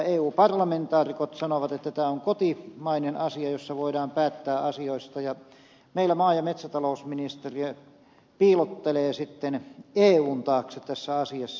eu parlamentaarikot sanovat että tämä on kotimainen asia jossa voidaan päättää asioista ja meillä maa ja metsätalousministeriö piilottelee sitten eun taakse tässä asiassa